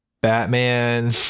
batman